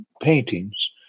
paintings